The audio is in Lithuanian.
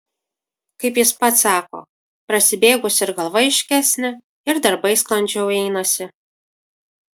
kaip jis pats sako prasibėgus ir galva aiškesnė ir darbai sklandžiau einasi